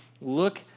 look